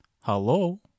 Hello